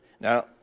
Now